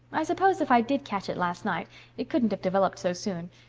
i suppose if i did catch it last night it couldn't have developed so soon.